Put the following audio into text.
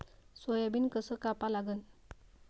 Soybean कस कापा लागन?